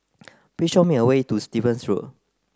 please show me a way to Stevens Road